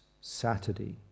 Saturday